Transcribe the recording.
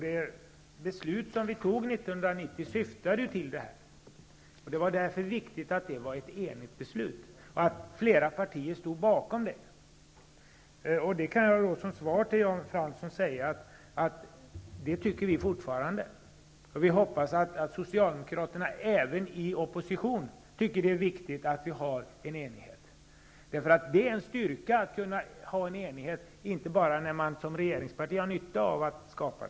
Det beslut som vi fattade 1990 syftade till det här. Det var därför viktigt att beslutet var enhälligt och att flera partier stod bakom det. Jag kan till Jan Fransson säga att vi fortfarande tycker det. Vi hoppas att Socialdemokraterna även i opposition tycker att det är viktigt att vi är eniga. Det är en styrka att vara eniga, inte bara när man som regeringsparti har nytta av att skapa enighet.